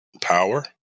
power